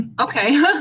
Okay